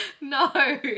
No